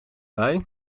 bij